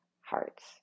hearts